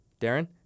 Darren